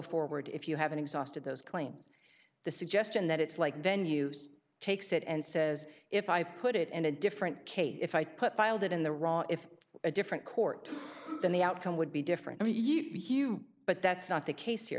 forward if you haven't exhausted those claims the suggestion that it's like then use takes it and says if i put it in a different case if i put filed in the wrong if a different court than the outcome would be different but that's not the case here